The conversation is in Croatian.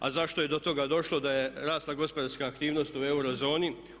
A zašto je do toga došlo da je rasla gospodarska aktivnost u euro zoni.